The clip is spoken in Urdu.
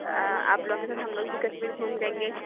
آ آپ لوگوں کے ساتھ ہم لوگ بھی کشمیر گُھوم لیں گے